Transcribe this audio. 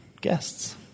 guests